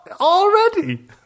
already